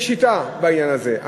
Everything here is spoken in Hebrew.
יש שיטה בעניין הזה.